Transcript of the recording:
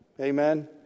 Amen